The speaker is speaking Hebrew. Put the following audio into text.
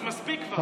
אז תפסיק כבר,